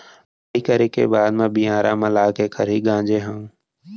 लुवई करे के बाद म बियारा म लाके खरही गांजे हँव